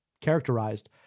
characterized